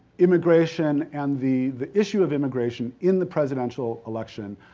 immigration and the the issue of immigration in the presidential election,